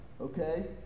okay